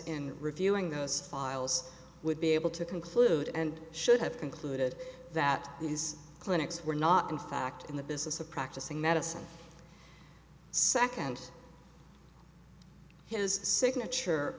in reviewing those files would be able to conclude and should have concluded that these clinics were not in fact in the business of practicing medicine second his signature